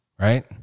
Right